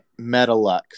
Metalux